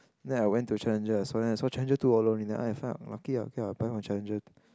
then I went to challenger so then I saw challenger two dollar only then I felt lucky okay okay I buy from challenger